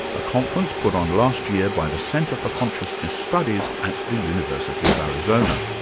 a conference put on last year by the center for consciousness studies at the university of arizona.